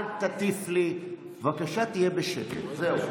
תהיה בשקט, בבקשה.